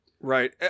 Right